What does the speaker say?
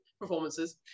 performances